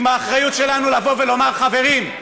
עם האחריות שלנו לבוא ולומר: חברים,